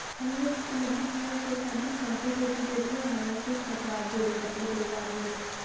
हम लोग लगभग हमारे छ सात दिन कम्प्लीट हो चुके थे और हमारे सिर्फ पचास जोड़ी कपड़े तैयार हुए थे